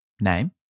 name